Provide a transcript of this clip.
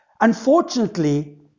Unfortunately